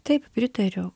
taip pritariu